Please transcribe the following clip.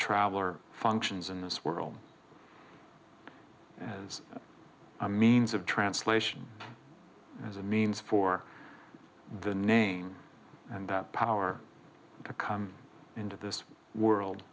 traveler functions in this world as a means of translation as a means for the name and power to come into this world